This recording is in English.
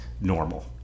normal